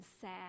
sad